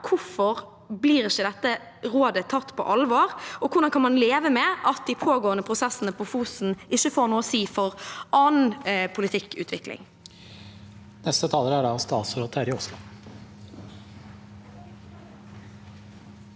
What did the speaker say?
Hvorfor blir ikke dette rådet tatt på alvor, og hvordan kan man leve med at de pågående prosessene på Fosen ikke får noe å si for annen politikkutvikling? Statsråd Terje Aasland